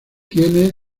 tiene